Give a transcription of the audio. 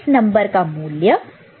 तो इस नंबर का मूल्य 1 है